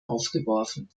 aufgeworfen